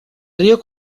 río